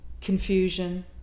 confusion